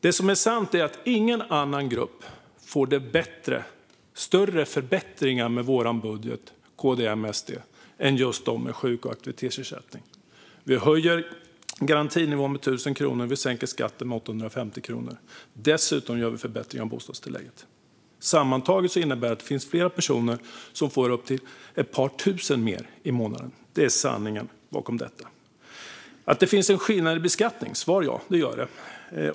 Det som är sant är att ingen annan grupp får större förbättringar med vår budget från KD, M och SD än just de med sjuk och aktivitetsersättning. Vi höjer garantinivån med 1 000 kronor och sänker skatten med 850 kronor. Dessutom gör vi förbättringar av bostadstillägget. Sammantaget innebär det att det finns flera personer som får upp till ett par tusen mer i månaden. Det är sanningen bakom detta. Finns det då en skillnad i beskattning? Svaret är ja. Det gör det.